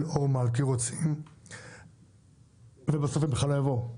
אור מלכי רוצים - ובסוף זה בכלל לא יעבור.